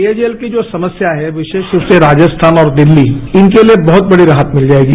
पेयजल की जो समस्या है विरोष रूप से राजस्थान और दिल्ली इनके लिए बहुत बड़ी राहत मिल जाएगी